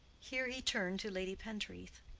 here he turned to lady pentreath.